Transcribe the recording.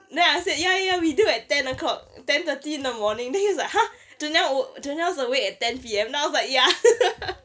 then I said ya ya we do at ten o'clock ten thirty in the morning then he was like !huh! janelle o~ janelle's awake at ten P_M then I was like ya